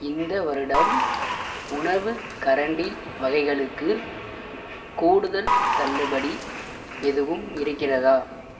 இந்த வருடம் உணவு கரண்டி வகைகளுக்கு கூடுதல் தள்ளுபடி எதுவும் இருக்கிறதா